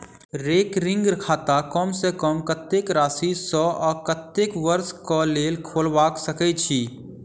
recurring खाता कम सँ कम कत्तेक राशि सऽ आ कत्तेक वर्ष कऽ लेल खोलबा सकय छी